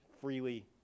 freely